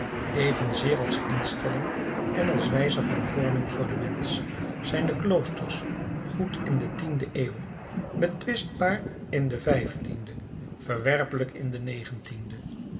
evenzeer als instelling en als wijze van vorming voor den mensch zijn de kloosters goed in de tiende eeuw betwistbaar in de vijftiende verwerpelijk in de negentiende